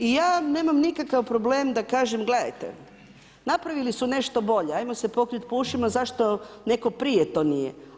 I ja nemam nikakav problem da kažem, gledajte napravili su nešto bolje, ajmo se pokrit po ušima zašto neko prije to nije.